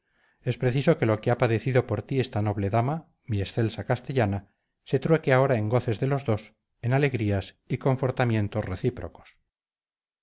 es preciso que lo que ha padecido por ti esta noble dama mi excelsa castellana se trueque ahora en goces de los dos en alegrías y confortamientos recíprocos